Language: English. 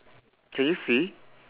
can you see